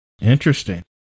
interesting